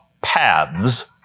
paths